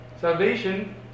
Salvation